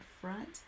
front